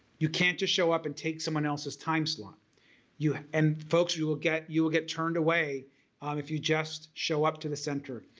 you can't just show up and take someone else's time slot you and folks you will get you will get turned away if you just show up to the center.